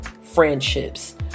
friendships